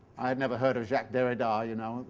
i've never heard of jacques derrida, you know.